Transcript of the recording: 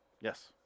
Yes